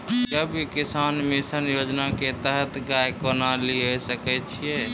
गव्य विकास मिसन योजना के तहत गाय केना लिये सकय छियै?